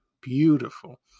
Beautiful